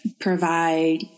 provide